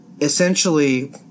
essentially